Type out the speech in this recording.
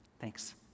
Thanks